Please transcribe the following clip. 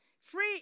Free